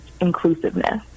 inclusiveness